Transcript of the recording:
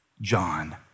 John